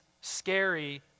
scary